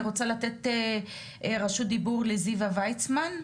אני רוצה לתת רשות דיבור לזיוה ויצמן,